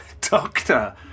Doctor